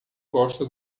gosta